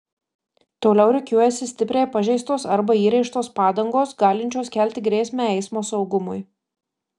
toliau rikiuojasi stipriai pažeistos arba įrėžtos padangos galinčios kelti grėsmę eismo saugumui